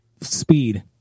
speed